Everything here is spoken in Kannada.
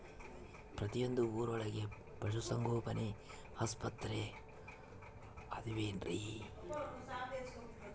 ಪ್ರತಿಯೊಂದು ಊರೊಳಗೆ ಪಶುಸಂಗೋಪನೆ ಆಸ್ಪತ್ರೆ ಅದವೇನ್ರಿ?